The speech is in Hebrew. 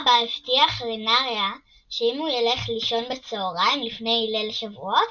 אבא הבטיח לנריה שאם הוא ילך לישון בצהרים לפני ליל שבועות,